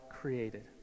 created